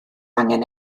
angen